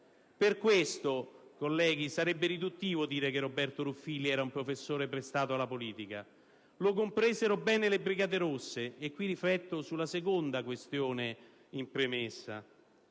Per questo, colleghi, sarebbe riduttivo dire che Roberto Ruffilli era un «professore prestato alla politica». Lo compresero bene le Brigate rosse - e qui rifletto sulla seconda questione annunciata